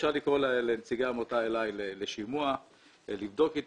אפשר לקרוא לנציגי העמותה אלי לשימוע ולבדוק אתם.